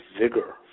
vigor